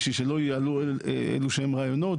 בשביל שלא יעלו אילו שהם רעיונות,